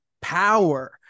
power